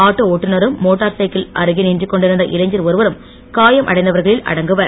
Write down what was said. auto ஒட்டுனரும் motorcycle அருகே நின்றுகொண்டிருந்த இளைஞர் ஒருவரும் காயம் அடைந்தவர்களில் அடங்குவர்